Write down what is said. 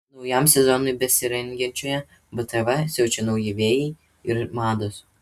naujam sezonui besirengiančioje btv siaučia nauji vėjai ir mados